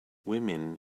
women